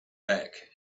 back